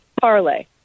parlay